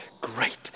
great